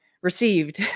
received